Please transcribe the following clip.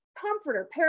comforter